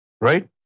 Right